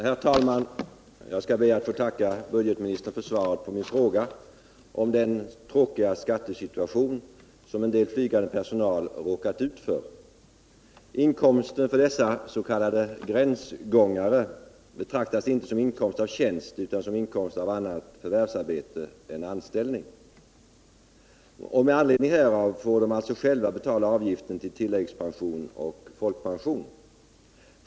Herr talman! Jag skall be att få tacka budgetministern för svaret på min interpellation om den tråkiga skattesituation som viss Nygande personal råkat ut för. Inkomsten för dessa s.k. gränsgångare betraktas inte som inkomst av tjänst utan som inkomst av annat förvärvsarbete än anställning. Med anledning härav får de själva betala avgiften för tilläggspension och folkpension.